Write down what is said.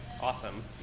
Awesome